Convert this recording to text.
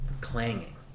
clanging